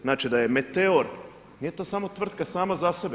Znači da je Meteor, nije to samo tvrtka sama za sebe.